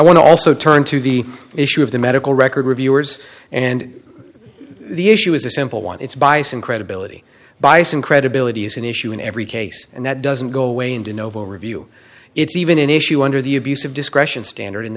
want to also turn to the issue of the medical record reviewers and the issue is a simple one it's bias and credibility by some credibility is an issue in every case and that doesn't go away and in overall review it's even an issue under the abuse of discretion standard and